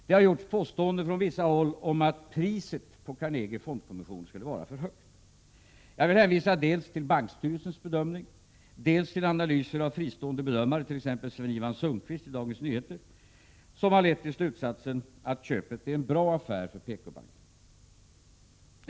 Det har gjorts påståenden från vissa håll om att priset på Carnegie Fondkommission skulle vara för högt. Jag vill hänvisa dels till bankstyrelsens bedömning, dels till analyser av fristående bedömare, t.ex. Sven-Ivan Sundqvist i Dagens Nyheter, vilkas slutsatser är att köpet är en bra affär för PKbanken.